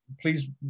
please